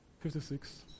Fifty-six